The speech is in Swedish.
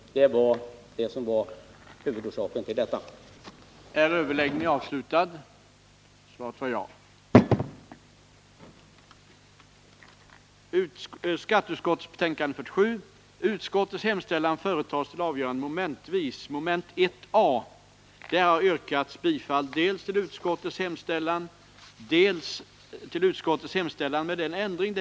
Energisparandet var huvudsaken med denna höjning.